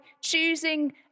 choosing